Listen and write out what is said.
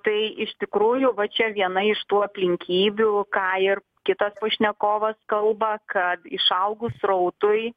tai iš tikrųjų va čia viena iš tų aplinkybių ką ir kitas pašnekovas kalba kad išaugus srautui